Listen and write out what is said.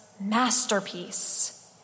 masterpiece